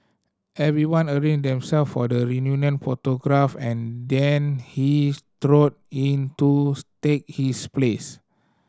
everyone arranged themselves for the reunion photograph then he strode in to take his place